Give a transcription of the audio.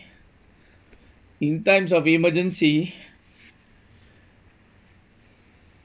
in times of emergency